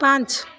ପାଞ୍ଚ